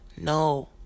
No